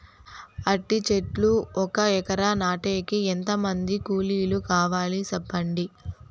అంటి చెట్లు ఒక ఎకరా నాటేకి ఎంత మంది కూలీలు కావాలి? సెప్పండి?